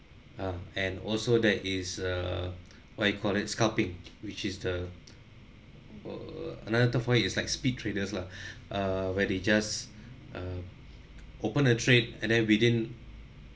ah and also there is a what you called it scalping which is the or another term for it is like speed traders lah err where they just uh open a trade and then within